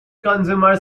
consumer